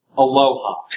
Aloha